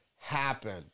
happen